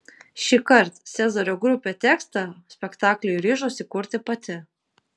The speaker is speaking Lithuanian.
šįkart cezario grupė tekstą spektakliui ryžosi kurti pati